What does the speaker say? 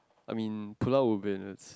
I mean Pulau-Ubin is